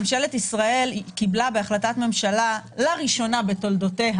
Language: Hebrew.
ממשלת ישראל קיבלה בהחלטת ממשלה לראשונה בתולדותיה